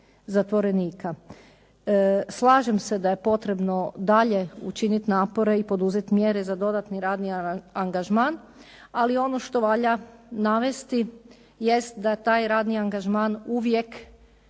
zatvorenika. Slažem se da je potrebno dalje učiniti napore i poduzeti mjere za dodatni radni angažman, ali ono što valja navesti jest da taj radni angažman uvijek